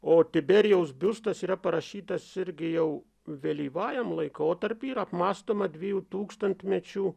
o tiberijaus biustas yra parašytas irgi jau vėlyvajam laikotarpy ir apmąstoma dviejų tūkstantmečių